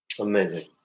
Amazing